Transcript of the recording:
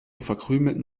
verkrümelten